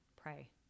pray